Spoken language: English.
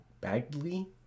Bagley